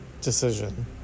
decision